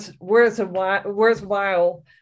worthwhile